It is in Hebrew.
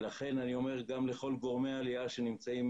לכן אני אומר גם לכל גורמי העלייה שנמצאים